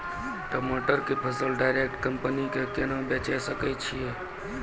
टमाटर के फसल डायरेक्ट कंपनी के केना बेचे सकय छियै?